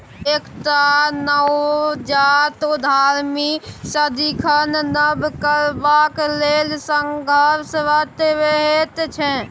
एकटा नवजात उद्यमी सदिखन नब करबाक लेल संघर्षरत रहैत छै